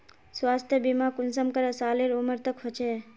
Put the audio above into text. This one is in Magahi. स्वास्थ्य बीमा कुंसम करे सालेर उमर तक होचए?